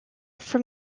from